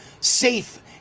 safe